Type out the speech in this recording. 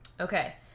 Okay